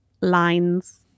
lines